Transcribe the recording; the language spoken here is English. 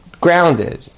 Grounded